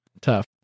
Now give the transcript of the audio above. tough